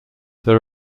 there